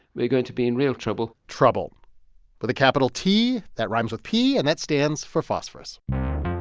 we are going to be in real trouble trouble with a capital t that rhymes with p, and that stands for phosphorus